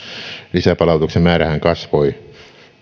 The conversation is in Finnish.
lisäpalautuksen määrähän kasvoi